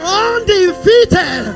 undefeated